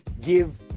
give